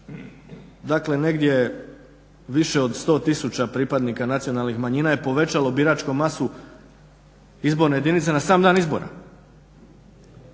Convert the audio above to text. dakle negdje više od 100 tisuća pripadnika nacionalnih manjina je povećalo biračku masu izborne jedinice na sam dan izbora.